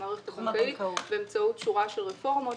במערכת הבנקאות באמצעות שורה של רפורמות,